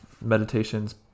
Meditations